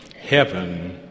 Heaven